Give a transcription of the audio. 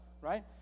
right